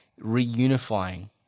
reunifying